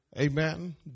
Amen